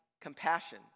compassion